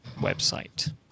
website